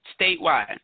statewide